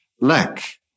lack